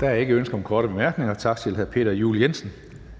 Der er ikke ønsker om korte bemærkninger, så tak til hr. Peter Juel-Jensen.